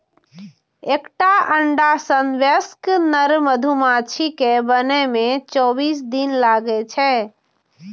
एकटा अंडा सं वयस्क नर मधुमाछी कें बनै मे चौबीस दिन लागै छै